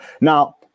Now